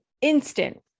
instant